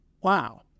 wow